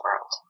world